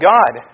God